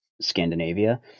Scandinavia